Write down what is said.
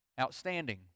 outstanding